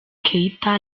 keita